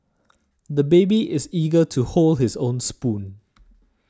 the baby is eager to hold his own spoon